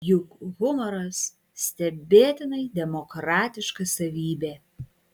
juk humoras stebėtinai demokratiška savybė